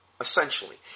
essentially